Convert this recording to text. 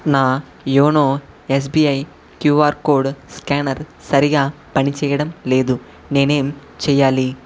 నా YONO SBI QR code scanner సరిగా పనిచేయడం లేదు నేనేం చేయాలి